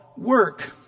work